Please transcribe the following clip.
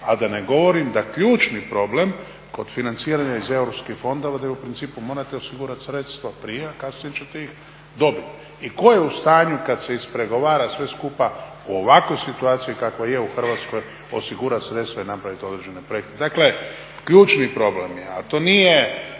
a da ne govorim da ključni problem kod financiranja iz europskih fondova, da u principu morate osigurati sredstva prije, a kasnije ćete ih dobiti. I tko je u stanju kad se ispregovara sve skupa u ovakvoj situaciji kakva je u Hrvatskoj osigurati sredstva i napraviti određene projekte. Dakle, ključni problem je, a to nije